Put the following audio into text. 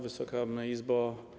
Wysoka Izbo!